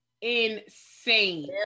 Insane